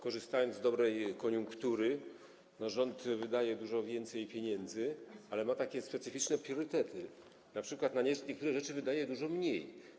Korzystając z dobrej koniunktury, rząd wydaje dużo więcej pieniędzy, ale ma specyficzne priorytety, np. na niektóre rzeczy wydaje dużo mniej.